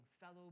fellow